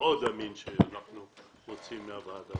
המאוד אמין שאנחנו מוציאים מהוועדה.